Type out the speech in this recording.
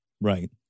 Right